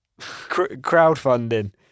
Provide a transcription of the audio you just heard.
crowdfunding